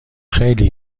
خیلی